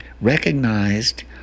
Recognized